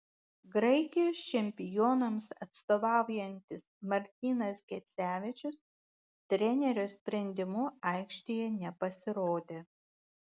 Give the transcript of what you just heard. graikijos čempionams atstovaujantis martynas gecevičius trenerio sprendimu aikštėje nepasirodė